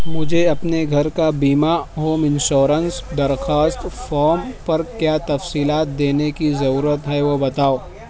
مجھے اپنے گھر کا بیمہ ہوم انشورنس درخواست فارم پر کیا تفصیلات دینے کی ضرورت ہے وہ بتاؤ